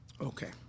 Okay